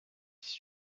dix